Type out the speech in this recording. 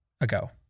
ago